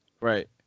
Right